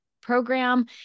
program